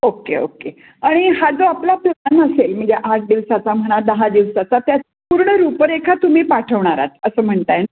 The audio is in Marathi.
ओके ओके आणि हा जो आपला प्लॅन असेल म्हणजे आठ दिवसाचा म्हणा दहा दिवसाचा त्या पूर्ण रूपरेखा तुम्ही पाठवणार आहात असं म्हणता आहे ना